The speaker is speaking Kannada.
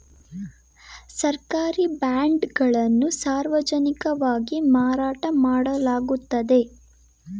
ಸರ್ಕಾರಿ ಬಾಂಡ್ ಗಳನ್ನು ಸಾರ್ವಜನಿಕವಾಗಿ ಮಾರಾಟ ಮಾಡಲಾಗುತ್ತದೆ